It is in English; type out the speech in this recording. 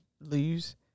lose